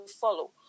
follow